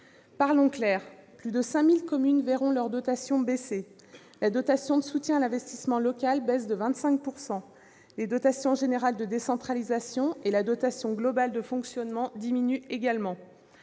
Parlons clair : plus de 5 000 communes verront leur dotation baisser. La dotation de soutien à l'investissement local diminue de 25 %. Les dotations générales de décentralisation et la dotation globale de fonctionnement diminuent également.